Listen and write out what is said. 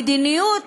המדיניות